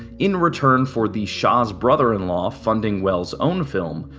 in return for the shah's brother-in-law funding welles' own film,